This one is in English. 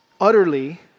utterly